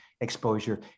exposure